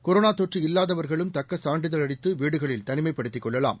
corona தொற்று இல்லாதவர்களும் தக்க சான்றளித்து வீடுகளில் தனிமைப்படுத்திக் கொள்ளலாம்